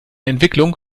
entwicklung